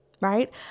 right